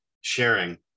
sharing